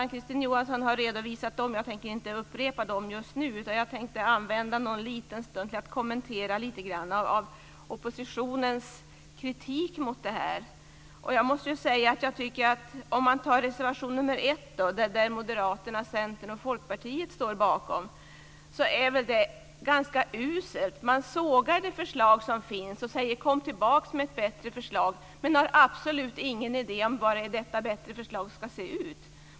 Ann-Kristine Johansson har redovisat dem. Jag tänker inte upprepa dem just nu, utan tänker använda en liten stund till att kommentera lite grann av oppositionens kritik mot förslaget. Folkpartiet står bakom, är ganska usel. Man sågar det förslag som finns och säger: Kom tillbaka med ett bättre förslag. Men man har absolut ingen idé om hur detta bättre förslag ska se ut.